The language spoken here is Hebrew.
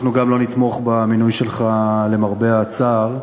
אנחנו גם לא נתמוך במינוי שלך, למרבה הצער,